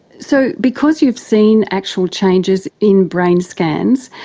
so because you've seen actual changes in brain scans,